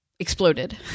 exploded